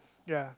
ya